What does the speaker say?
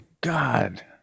god